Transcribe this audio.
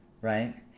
Right